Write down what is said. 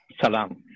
salam